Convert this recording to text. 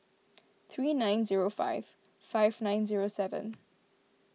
three nine zero five five nine zero seven